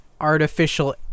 artificial